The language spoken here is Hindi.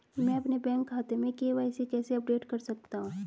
मैं अपने बैंक खाते में के.वाई.सी कैसे अपडेट कर सकता हूँ?